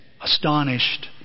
astonished